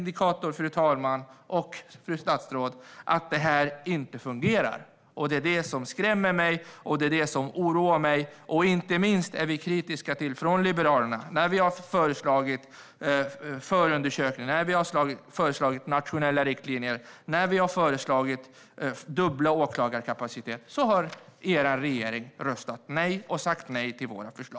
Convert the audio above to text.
Detta är ytterligare en indikator på att det inte fungerar. Det skrämmer och oroar mig. Inte minst är liberalerna kritiska till att regeringen har sagt nej när vi har föreslagit förundersökningar, nationella riktlinjer och dubbel åklagarkapacitet.